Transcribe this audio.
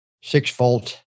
six-volt